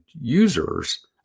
users